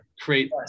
create